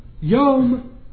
Yom